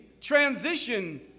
transition